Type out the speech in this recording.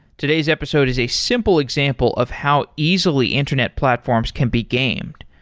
today's episode is a simple example of how easily internet platforms can be gamed.